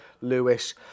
Lewis